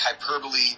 hyperbole